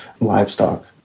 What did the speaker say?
livestock